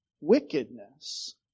wickedness